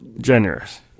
generous